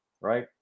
Right